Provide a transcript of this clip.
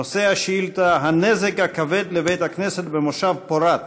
נושא השאילתה: הנזק הכבד לבית-הכנסת במושב פורת